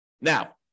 Now